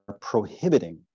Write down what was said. prohibiting